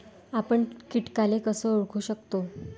आपन कीटकाले कस ओळखू शकतो?